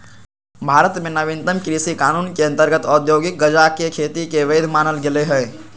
भारत में नवीनतम कृषि कानून के अंतर्गत औद्योगिक गजाके खेती के वैध मानल गेलइ ह